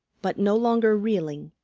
but no longer reeling,